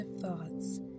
thoughts